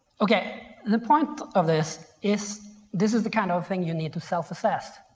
okay, the point of this is this is the kind of thing you need to self-assess.